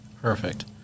Perfect